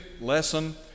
lesson